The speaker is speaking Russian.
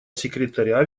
секретаря